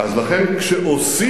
אז לכן כשעושים,